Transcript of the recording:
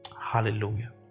Hallelujah